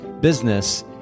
business